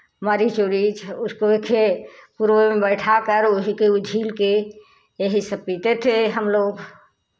मरीच ओरिच उसको ए खे पुरवे में बैठाकर ओही के ऊझील के यही सब पीते थे हम लोग